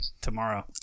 tomorrow